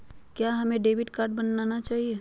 क्या हमें debit card बनाना चाहिए?